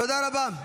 תודה רבה.